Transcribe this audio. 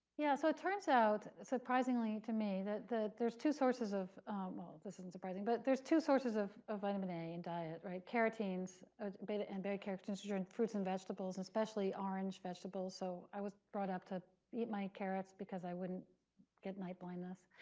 yeah. so it turns out, surprisingly to me, that there's two sources of well, this isn't surprising. but there's two sources of of vitamin a in diet, right? carotenes ah but and betacarotenes, which are in fruits and vegetables, especially orange vegetables. so i was brought up to eat my carrots because i wouldn't get night blindness.